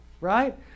Right